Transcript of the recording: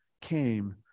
came